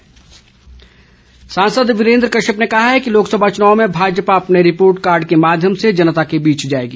वीरेंद्र कश्यप सांसद वीरेंद्र कश्यप ने कहा है कि लोकसभा चुनाव में भाजपा अपने रिपोर्ट कार्ड के माध्यम से जनता के बीच जाएगी